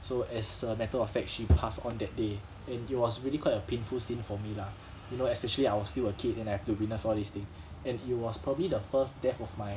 so as a matter of fact she pass on that day and it was really quite a painful scene for me lah you know especially I was still a kid and I have to witness all these thing and it was probably the first death of my